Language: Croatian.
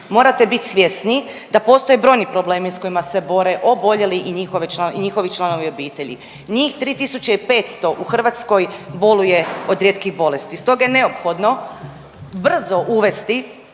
Morate biti svjesni da postoje brojni problemi s kojima se bore oboljeli i njihovi članovi obitelji. Njih 3.500 u Hrvatskoj boluje od rijetkih bolesti i stoga je neophodno brzo uvesti